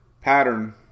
pattern